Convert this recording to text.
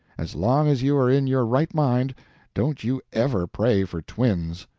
as long as you are in your right mind don't you ever pray for twins.